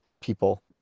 people